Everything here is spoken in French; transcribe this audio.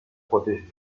protéger